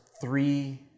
three